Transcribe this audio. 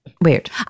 weird